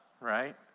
right